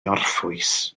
orffwys